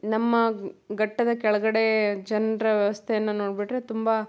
ನಮ್ಮ ಘಟ್ಟದ ಕೆಳಗಡೆ ಜನರ ವ್ಯವಸ್ಥೆಯನ್ನು ನೋಡಿಬಿಟ್ರೆ ತುಂಬ